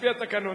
לפי התקנון.